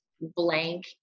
blank